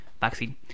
vaccine